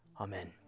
Amen